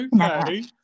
okay